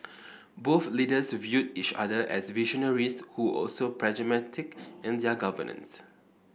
both leaders viewed each other as visionaries who were also pragmatic in their governance